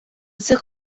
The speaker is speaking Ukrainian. цих